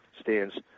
stands